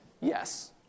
Yes